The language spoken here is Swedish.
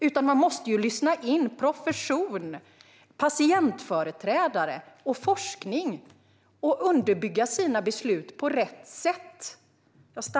Man måste ju lyssna in profession, patientföreträdare och forskning och underbygga sina beslut på rätt sätt.